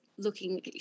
looking